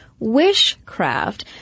wishcraft